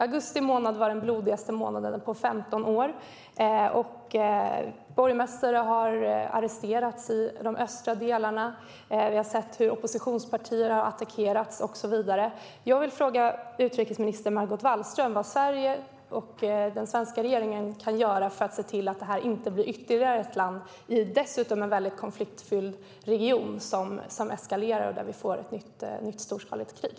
Augusti var den blodigaste månaden på 15 år, borgmästare i de östra delarna har arresterats, vi har sett att oppositionspartier har attackerats och så vidare. Jag vill fråga utrikesminister Margot Wallström vad Sverige och den svenska regeringen kan göra för att se till att Turkiet inte blir ytterligare ett land, dessutom i en väldigt konfliktfylld region, där konflikten eskalerar och vi får ett nytt storskaligt krig.